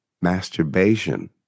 masturbation